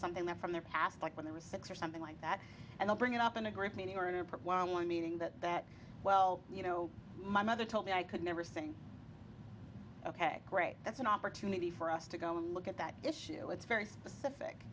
something that from their past like when they were six or something like that and they'll bring it up in a group meaning or purpose meaning that that well you know my mother told me i could never sing ok great that's an opportunity for us to go and look at that issue it's very specific